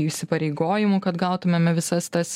įsipareigojimų kad gautumėme visas tas